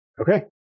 Okay